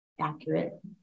accurate